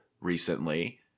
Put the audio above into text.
recently